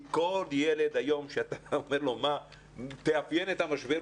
כל ילד שאתה מבקש ממנו היום לאפיין את המשבר,